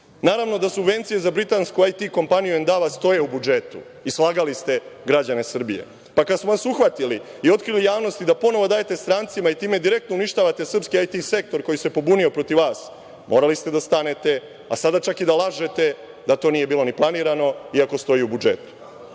Naravno da subvencije za britansku IT „Endava“ kompaniju stoje u budžetu i slagali ste građane Srbije, pa kad smo vas uhvatili i otkrili javnosti da ponovo dajete strancima i time direktno uništavate srpski IT sektor koji se pobunio protiv vas, morali ste da stanete, a sada čak i da lažete da to nije bilo ni planirano iako stoji u budžetu.